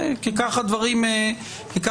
כי כך הדברים מתנהלים,